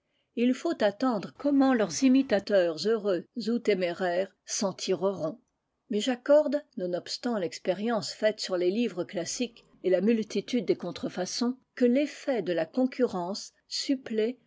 il faut attendre comment leurs imitateurs heureux ou téméraires s'en tireront mais j'accorde nonobstant l'expérience faite sur les livres classiques et la multitude des contrefaçons que l'effet de la concurrence supplée